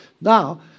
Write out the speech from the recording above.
Now